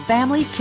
Family